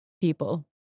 people